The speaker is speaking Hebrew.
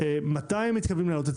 מתי מתכוונים להעלות את